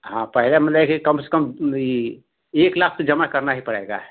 हाँ पहले मतलब कि कम से कम ये एक लाख तो जमा करना ही पड़ेगा